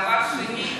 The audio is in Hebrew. ודבר שני,